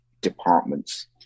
departments